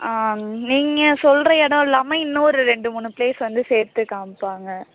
நீங்கள் சொல்கிற இடம் இல்லாம இன்னும் ஒரு ரெண்டு மூணு பிளேஸ் வந்து சேர்த்து காமிப்பாங்க